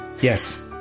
Yes